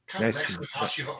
Nice